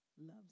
loves